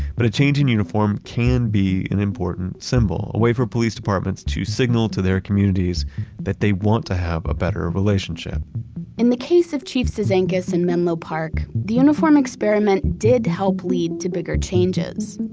but a change in uniform can be an important symbol. a way for police departments to signal to their communities that they want to have a better relationship in the case of chief cizanckas and menlo park, the uniform experiment did help lead to bigger changes.